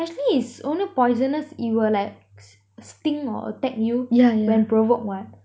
actually is only poisonous it will like st~ sting or attack you when provoked [what]